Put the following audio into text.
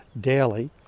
daily